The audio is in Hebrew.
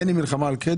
אין לי מלחמה על קרדיט.